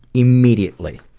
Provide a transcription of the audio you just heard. immediately.